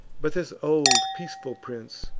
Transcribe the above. but this old peaceful prince,